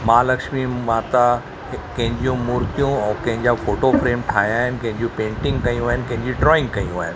महालक्ष्मी माता कंहिंजूं मूर्तियूं ऐं कंहिंजा फ़ोटो फ़्रेम ठाहिया आहिनि कंहिंजूं पेंटिंग कयूं आहिनि कंहिंजी ड्रॉइंग कयूं आहिनि